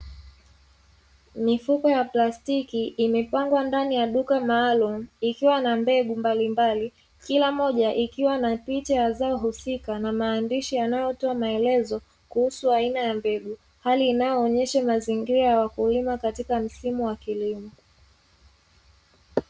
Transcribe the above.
Mifuko ya plastiki imepangwa ndani ya duka maalumu, ikiwa na mbegu mbalimbali kila mmoja ikiwa na picha ya zao husika na maandishi yanayotoa maelezo kuhusu aina ya mbegu hali inayoonyesha mazingira ya wakulima katika msimu wa kilimo.